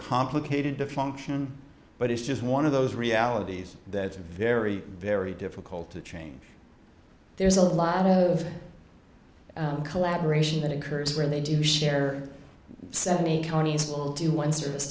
complicated to function but it's just one of those realities that's very very difficult to change there's a lot of collaboration that occurs where they do share or seventy counties will do one service